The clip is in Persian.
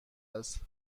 است